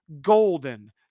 golden